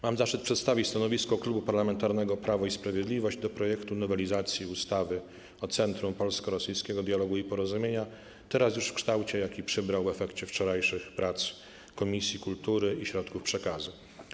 Mam zaszczyt przedstawić stanowisko Klubu Parlamentarnego Prawo i Sprawiedliwość odnośnie do projektu nowelizacji ustawy o Centrum Polsko-Rosyjskiego Dialogu i Porozumienia teraz już w kształcie, jaki przybrał w efekcie wczorajszych prac Komisji Kultury i Środków Przekazu.